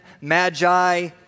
Magi